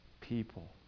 people